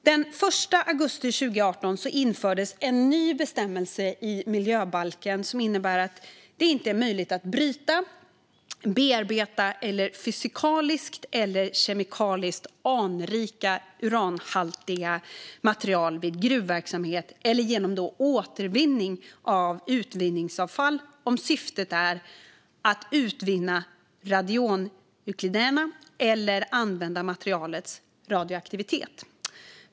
Den 1 augusti 2018 infördes en ny bestämmelse i miljöbalken som innebär att det inte är möjligt att bryta, bearbeta eller fysikaliskt eller kemikaliskt anrika uranhaltiga material vid gruvverksamhet eller genom återvinning av utvinningsavfall om syftet är att utvinna radionukliderna eller använda materialets radioaktivitet.